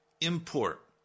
import